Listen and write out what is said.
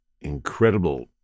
Incredible